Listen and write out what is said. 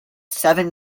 seven